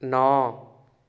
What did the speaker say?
ਨੌਂ